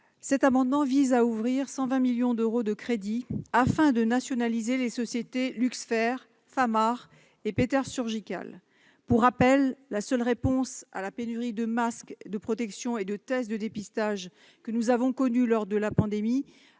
Cet amendement vise à ouvrir 120 millions d'euros de crédits, afin de nationaliser les sociétés Luxfer, Famar et Péters Surgical. Pour rappel, la seule réponse à la pénurie de masques de protection et de tests de dépistage que nous avons connue lors de la pandémie